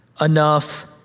enough